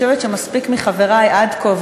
אני חושבת שמספיק מחברי עד כה,